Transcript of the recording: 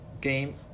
Game